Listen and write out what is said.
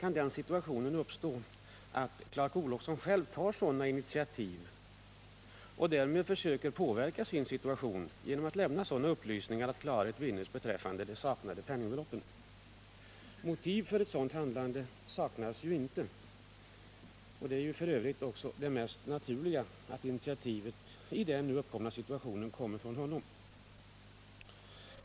Jag menar att Clark Olofsson själv kan ta initiativ och därmed försöka påverka sin situation genom att lämna sådana upplysningar att klarhet vinnes beträffande de saknade penningbeloppen. Motiv för ett sådant handlande saknas ju inte, och det är f. ö. det mest naturliga att initiativet i den nu uppkomna situationen kommer från honom.